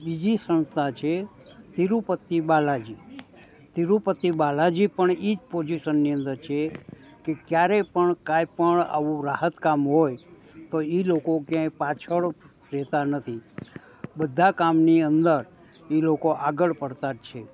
બીજી સંસ્થા છે તિરૂપતિ બાલાજી તિરૂપતિ બાલાજી પણ એ જ પોઝિશનની અંદર છે કે ક્યારે પણ કંઈ પણ આવું રાહત કામ હોય તો એ લોકો ક્યાંય પાછળ રહેતા નથી બધા કામની અંદર એ લોકો આગળ પડતા છે